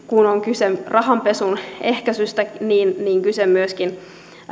kun on kyse rahanpesun ehkäisystä kyse myöskin